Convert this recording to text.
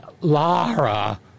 Lara